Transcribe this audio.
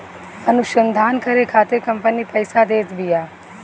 अनुसंधान करे खातिर कंपनी पईसा देत बिया